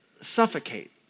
suffocate